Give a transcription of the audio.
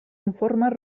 informes